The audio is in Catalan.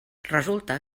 resulta